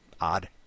odd